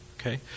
Okay